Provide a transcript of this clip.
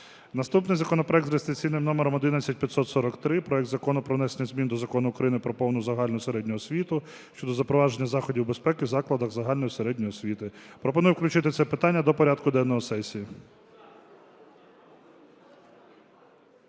Наступний законопроект за реєстраційним номером 11543: проект Закону про внесення змін до Закону України "Про повну загальну середню освіту" щодо запровадження заходів безпеки в закладах загальної середньої освіти. Пропоную включити це питання до порядку денного сесії.